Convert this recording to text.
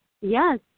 Yes